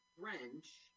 French